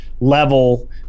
level